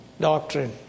doctrine